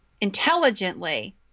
intelligently